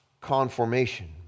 conformation